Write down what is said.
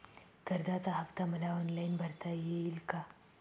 कर्जाचा हफ्ता मला ऑनलाईन भरता येईल का?